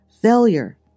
Failure